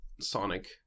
Sonic